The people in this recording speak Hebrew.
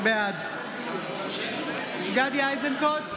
בעד גדי איזנקוט,